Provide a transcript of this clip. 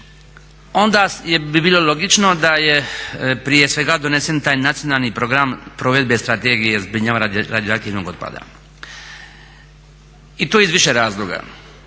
Onda bi bilo logično da je prije svega donesen taj Nacionalni program provedbe strategije zbrinjavanja radioaktivnog otpada i to iz više razloga.